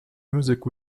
music